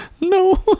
no